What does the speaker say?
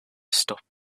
stop